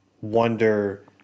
wonder